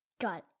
Got